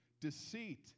deceit